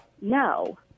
no